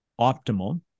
optimal